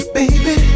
baby